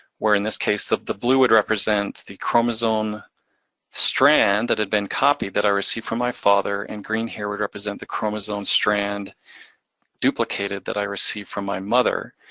where in this case the the blue would represent the chromosome strand that had been copied, that i received from my father, and green here would represent the chromosome strand duplicated, that i received from my mother.